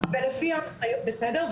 בסדר,